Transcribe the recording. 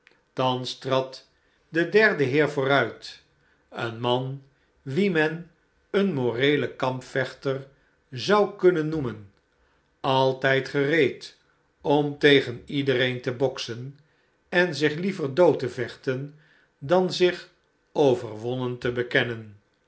thans trad de derde heer vooruit een man wien men een moreelen kampvechter zou kunnen noemen altijd gereed om tegen iedereen te boksen en zich liever dood te vechten dan zich overwonnen te bekennen